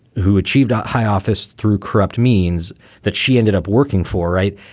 who achieved high office through corrupt means that she ended up working for right.